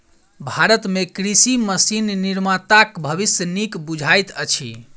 भारत मे कृषि मशीन निर्माताक भविष्य नीक बुझाइत अछि